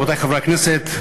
חברי חברי הכנסת,